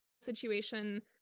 situation